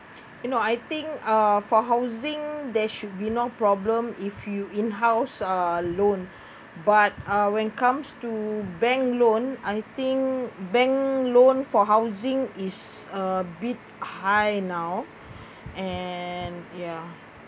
you know I think uh for housing there should be no problem if you in house uh loan but uh when comes to bank loan I think bank loan for housing is a bit high now and ya